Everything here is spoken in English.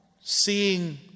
seeing